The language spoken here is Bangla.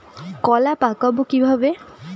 কলা পাকাবো কিভাবে?